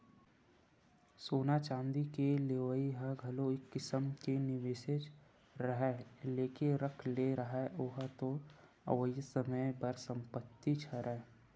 सोना चांदी के लेवई ह घलो एक किसम के निवेसेच हरय लेके रख ले रहा ओहा तोर अवइया समे बर संपत्तिच हरय